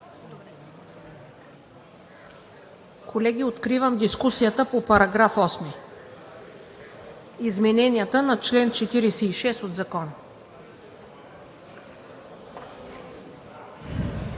Колеги, откривам дискусията по § 8 – измененията на чл. 46 от Закона.